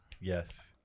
Yes